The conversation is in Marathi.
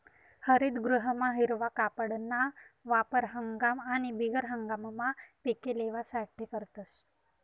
हरितगृहमा हिरवा कापडना वापर हंगाम आणि बिगर हंगाममा पिके लेवासाठे करतस